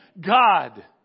God